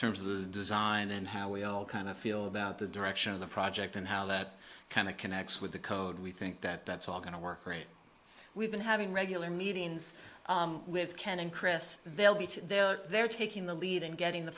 terms of the design and how we all kind of feel about the direction of the project and how that kind of connects with the code we think that that's all going to work great we've been having regular meetings with ken and chris they'll be there they're taking the lead in getting the